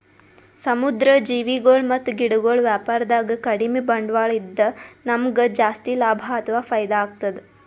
ಸಮುದ್ರ್ ಜೀವಿಗೊಳ್ ಮತ್ತ್ ಗಿಡಗೊಳ್ ವ್ಯಾಪಾರದಾಗ ಕಡಿಮ್ ಬಂಡ್ವಾಳ ಇದ್ದ್ ನಮ್ಗ್ ಜಾಸ್ತಿ ಲಾಭ ಅಥವಾ ಫೈದಾ ಆಗ್ತದ್